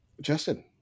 Justin